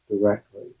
directly